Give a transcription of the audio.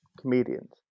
comedians